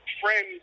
friends